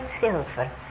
silver